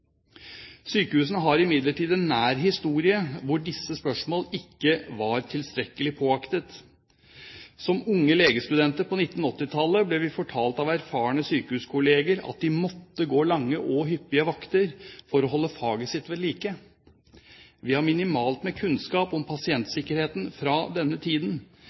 Sykehusene har imidlertid en nær historie hvor disse spørsmål ikke var tilstrekkelig påaktet. Som unge legestudenter på 1980-tallet ble vi fortalt av erfarne sykehuskolleger at de måtte gå lange og hyppige vakter for å holde faget sitt ved like. Vi har minimalt med kunnskap om pasientsikkerhet fra denne tiden,